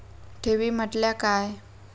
ठेवी म्हटल्या काय?